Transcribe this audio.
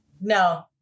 No